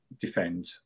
defend